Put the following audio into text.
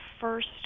first